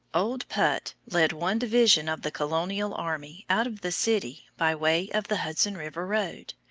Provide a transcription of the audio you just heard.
old put led one division of the colonial army out of the city by way of the hudson river road.